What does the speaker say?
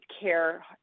care